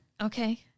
Okay